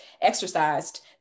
exercised